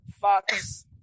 Fox